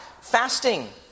fasting